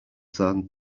sand